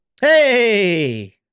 hey